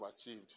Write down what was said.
achieved